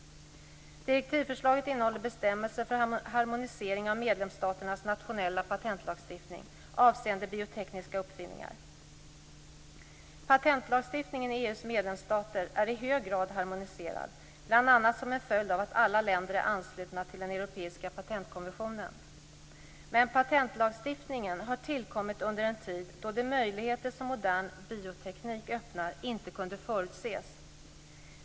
Direktivförslaget innehåller bestämmelser för harmonisering av medlemsstaternas nationella patentlagstiftning avseende biotekniska uppfinningar. Patentlagstiftningen i EU:s medlemsstater är i hög grad harmoniserad, bl.a. som en följd av att alla länder är anslutna till den europeiska patentkonventionen. Men patentlagstiftningen har tillkommit under en tid då de möjligheter som modern bioteknik öppnar inte kunde förutses.